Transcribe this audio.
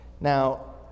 Now